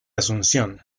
asunción